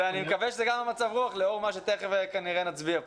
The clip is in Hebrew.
אני מקווה שזה גם מצב הרוח לאור מה שתיכף כנראה נצביע פה.